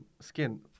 skin